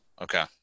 Okay